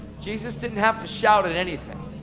jesus didn't have to shout at anything.